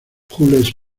jules